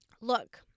look